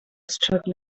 struggle